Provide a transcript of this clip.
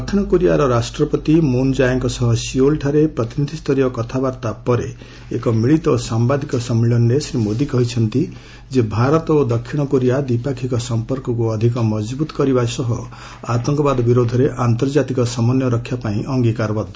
ଦକ୍ଷିଣକୋରିଆ ରାଷ୍ଟ୍ରପତି ମୁନ୍ ଜାଏଙ୍କ ସହ ସିଓଲଠାରେ ପ୍ରତିନିଧି୍ତରୀୟ କଥାବାର୍ତ୍ତା ପରେ ଏକ ମିଳିତ ସାମ୍ବାଦିକ ସମ୍ମିଳନୀରେ ଶ୍ରୀ ମୋଦି କହିଛନ୍ତି ଭାରତ ଓ ଦକ୍ଷିଣକୋରିଆ ଦ୍ୱିପାକ୍ଷିକ ସମ୍ପର୍କକୁ ଅଧିକ ମଜଭୁତ କରିବା ସହ ଆତଙ୍କବାଦ ବିରୋଧରେ ଆନ୍ତର୍ଜାତିକ ସମନ୍ୱୟ ରକ୍ଷା ପାଇଁ ଅଙ୍ଗିକାରବଦ୍ଧ